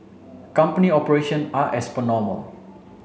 company operation are as per normal